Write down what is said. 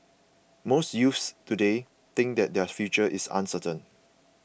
most youths today think that their future is uncertain